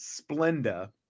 Splenda